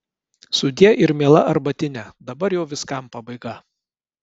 sudie ir miela arbatine dabar jau viskam pabaiga